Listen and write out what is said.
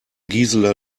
gisela